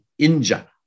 INJA